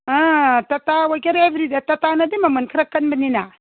ꯑꯥ ꯇꯇꯥ ꯑꯣꯏꯒꯦꯔꯥ ꯑꯦꯕ꯭ꯔꯤꯗꯦ ꯇꯇꯥꯅꯗꯤ ꯃꯃꯜ ꯈꯔ ꯀꯟꯕꯅꯤꯅ